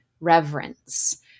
reverence